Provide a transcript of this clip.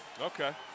Okay